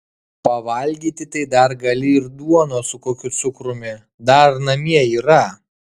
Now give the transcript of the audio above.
pavalgyti tai dar gali ir duonos su kokiu cukrumi dar namie yra